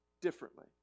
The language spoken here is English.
differently